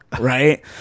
right